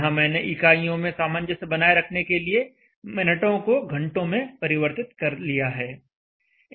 यहां मैंने इकाइयों में सामंजस्य बनाए रखने के लिए मिनटों को घंटों में परिवर्तित कर लिया है